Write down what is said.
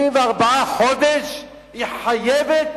24 חודש היא חייבת